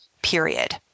period